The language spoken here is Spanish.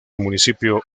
municipio